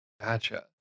Gotcha